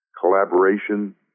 collaboration